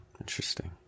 Interesting